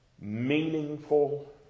meaningful